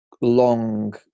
long